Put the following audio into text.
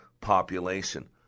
population